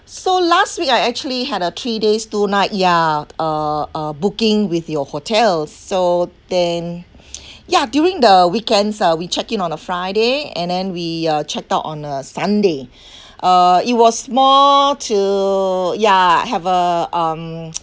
so last week I actually had a three days two night ya uh uh booking with your hotels so then ya during the weekends uh we check in on a friday and then we uh checked out on a sunday uh it was more to ya have uh um